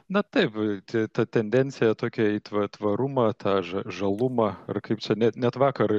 na taip čia ta tendencija tokia į tva tvarumą ža žalumą ar kaip čia ne net vakar